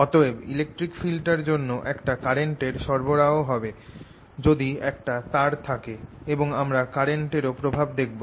অতএব electric field টার জন্য একটা কারেন্ট এর সরবরাহ হবে যদি একটা তার থাকে এবং আমরা কারেন্ট এরও প্রভাব দেখব